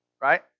Right